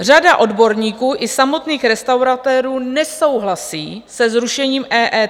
Řada odborníků i samotných restauratérů nesouhlasí se zrušením EET.